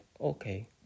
okay